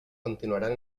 continuaran